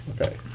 okay